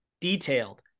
detailed